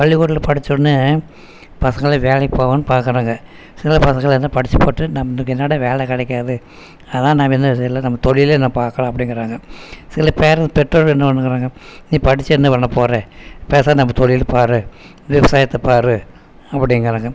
பள்ளிக்கூடத்தில் படித்தவுன்னே பசங்கெலாம் வேலைக் போகணுன்னு பார்க்கறாங்க சில பசங்கள் என்ன படிச்சுப் போட்டு நம்மளுக்கு என்னடா வேலை கிடைக்காது அதுதான் நான் சைடில் நம்ம தொழிலே நான் பார்க்கலாம் அப்படிங்கிறாங்க சில பேரண்ட் பெற்றோர்கள் என்ன பண்ணுகிறாங்க நீ படிச்சு என்ன பண்ண போகிற பேசாமல் நம்ம தொழிலை பார் விவசாயத்தை பார் அப்படிங்கிறாங்க